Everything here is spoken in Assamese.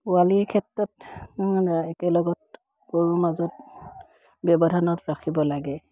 পোৱালিৰ ক্ষেত্ৰত একেলগতে গৰুৰ মাজত ব্যৱধানত ৰাখিব লাগে